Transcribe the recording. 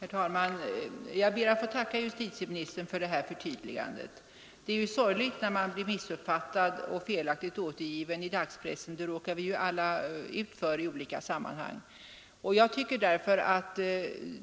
Herr talman! Jag ber att få tacka justitieministern för detta förtydligande. Det kan vara besvärande att bli missuppfattad och felaktigt återgiven i dagspressen, en sak som vi väl alla råkar ut för i olika sammanhang. Därför har jag ansett